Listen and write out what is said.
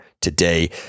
today